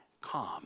calm